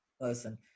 Listen